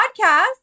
podcast